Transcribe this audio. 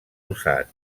usar